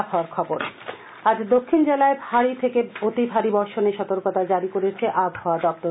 আবহাওয়া আজ দক্ষিন জেলায় ভারী থেকে অতি ভারী বর্ষণের সতর্কতা জারি করেছে আবহাওয়া দপ্তর